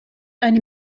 eine